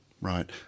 Right